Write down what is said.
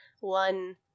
one